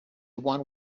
one